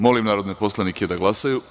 Molim narodne poslanike da glasaju.